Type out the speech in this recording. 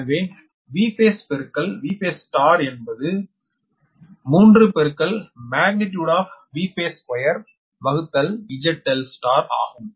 எனவே Vphaseபெருக்கல் Vphase என்பது 3 magnitude Vphase2ZLஆகும்